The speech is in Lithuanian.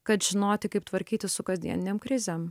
kad žinoti kaip tvarkytis su kasdieninėm krize